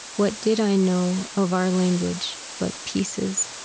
what did i know of our language but pieces?